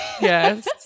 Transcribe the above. Yes